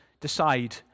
decide